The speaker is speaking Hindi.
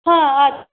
हाँ आ